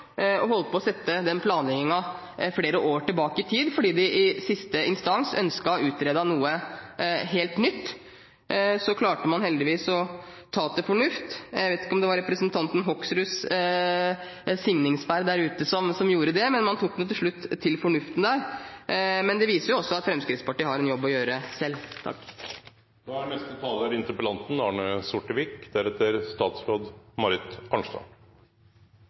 og holdt på å sette den planleggingen flere år tilbake i tid fordi de i siste instans ønsket utredet noe helt nytt. Heldigvis klarte man å ta til fornuft – jeg vet ikke om det var representanten Hoksruds signingsferd der ute som gjorde det, men man tok nå til slutt til fornuften der. Men det viser også at Fremskrittspartiet har en jobb å gjøre selv.